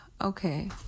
okay